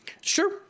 Sure